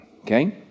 Okay